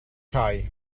cae